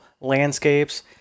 landscapes